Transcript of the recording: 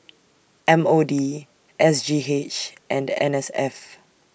M O D S G H and N S F